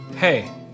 Hey